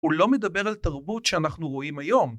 ‫הוא לא מדבר על תרבות ‫שאנחנו רואים היום.